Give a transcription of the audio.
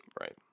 Right